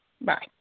Bye